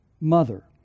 mother